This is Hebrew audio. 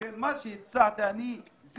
לכן, מה שאני הצעתי זה